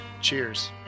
Cheers